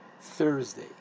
Thursday